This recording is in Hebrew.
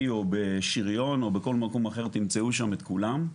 או בשריון או בכל מקום אחר תמצאו שם את כולם.